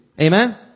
Amen